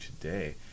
today